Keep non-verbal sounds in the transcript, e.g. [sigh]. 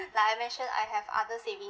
[breath] like I mention I have other saving